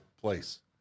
place